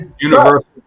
universal